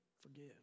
forgive